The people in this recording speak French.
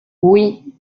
oui